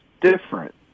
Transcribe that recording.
different